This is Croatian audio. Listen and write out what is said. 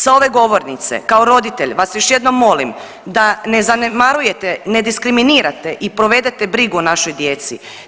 Sa ove govornice kao roditelj vas još jednom molim da ne zanemarujete, ne diskriminirate i povedete brigu o našoj djeci.